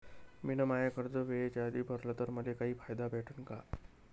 मिन माय कर्ज वेळेच्या आधी भरल तर मले काही फायदा भेटन का?